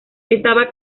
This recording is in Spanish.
estaba